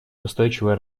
устойчивое